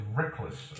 reckless